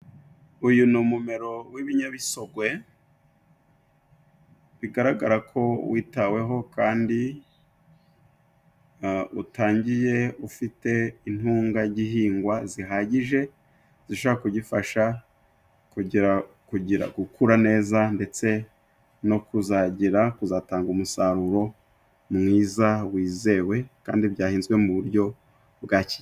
Uyu ni umumero w'ibinyabisogwe bigaragarako witaweho kandi utangiye ufite intungagihingwa zihagije zishobora kugifasha kugira gukura neza, ndetse no kuzagira kuzatanga umusaruro mwiza wizewe, kandi byahinzwe mu buryo bwakijyambere.